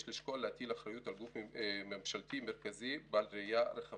יש לשקול להטיל אחריות על גוף ממשלתי מרכזי בעל ראייה רחבה